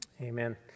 Amen